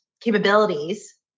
capabilities